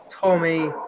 Tommy